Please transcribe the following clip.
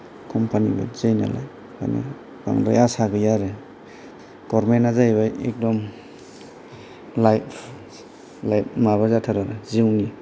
company बादि जायो नालाय ओंखायनो बांद्राय आसा गैया आरो गभर्नमेन्त जाहैबाय एकदम लाइफ लाइफ माबा जाथारो आरो जिउनि